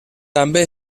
també